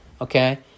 Okay